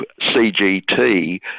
CGT